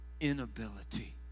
inability